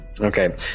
Okay